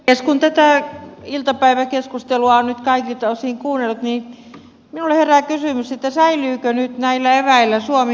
kun tätä iltapäiväkeskustelua on nyt kaikilta osin kuunnellut niin minulle herää kysymys säilyykö nyt näillä eväillä suomi hyvinvointivaltiona